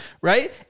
right